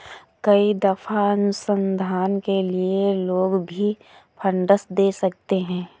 कई दफा अनुसंधान के लिए लोग भी फंडस दे सकते हैं